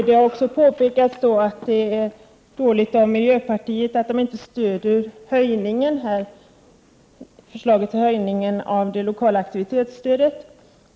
Det har påpekats att det är dåligt av miljöpartiet att inte stödja förslaget om höjning av det lokala aktivitetsstödet.